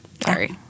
Sorry